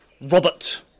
Robert